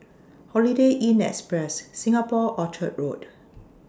Holiday Inn Express Singapore Orchard Road